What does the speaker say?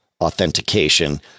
authentication